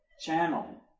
channel